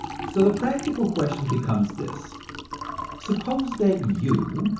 so the practical question becomes this suppose that you,